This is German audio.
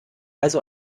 also